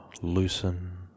loosen